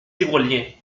tyroliens